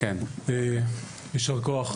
יישר כוח,